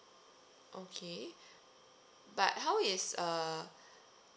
okay but how is uh